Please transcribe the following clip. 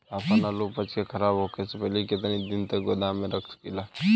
आपन आलू उपज के खराब होखे से पहिले केतन दिन तक गोदाम में रख सकिला?